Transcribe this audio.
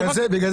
אני רוצה לשאול